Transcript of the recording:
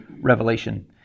Revelation